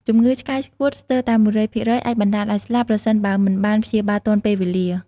ជំងឺឆ្កែឆ្កួតស្ទើរតែ ១០០% អាចបណ្តាលឱ្យស្លាប់ ប្រសិនបើមិនបានព្យាបាលទាន់ពេលវេលា។